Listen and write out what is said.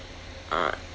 ah